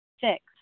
Six